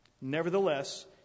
Nevertheless